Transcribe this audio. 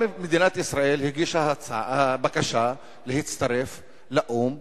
גם מדינת ישראל הגישה בקשה להצטרף לאו"ם,